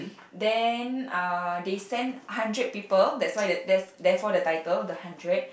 then uh they send hundred people that's why the that's therefore the title the hundred